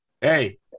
hey –